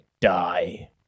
die